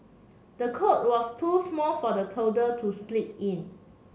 the cot was too small for the toddler to sleep in